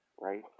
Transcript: right